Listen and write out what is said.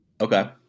Okay